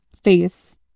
Face